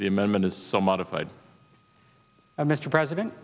the amendment is so modified mr president